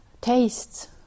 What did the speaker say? tastes